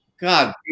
God